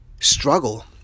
struggle